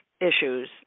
issues